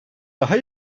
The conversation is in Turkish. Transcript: daha